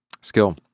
skill